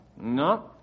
No